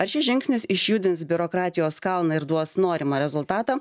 ar šis žingsnis išjudins biurokratijos kalną ir duos norimą rezultatą